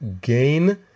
gain